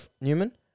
Newman